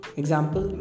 example